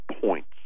points